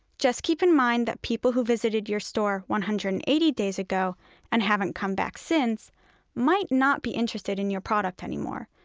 just keep in mind that people who visited your store one hundred and eighty days ago and haven't come back since might not be interested in your product anymore,